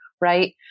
right